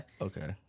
okay